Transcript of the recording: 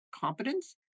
competence